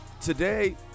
today